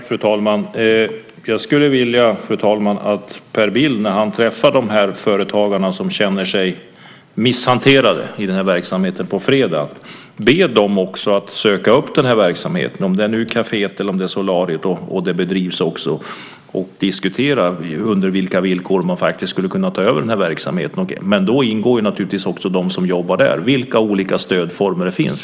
Fru talman! Jag skulle vilja att Per Bill när han på fredag träffar de företagare som känner sig misshanterade i verksamheten ber dem att söka upp verksamheten. Det kan vara ett kafé eller ett solarium som drivs. Då kan man diskutera på vilka villkor de skulle kunna ta över verksamheten. Men då ingår naturligtvis också de som jobbar där. Man kan gå igenom vilka olika stödformer som finns.